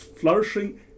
flourishing